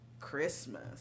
Christmas